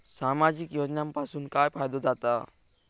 सामाजिक योजनांपासून काय फायदो जाता?